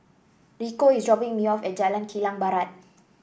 Rico is dropping me off at Jalan Kilang Barat